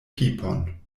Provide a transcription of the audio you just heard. pipon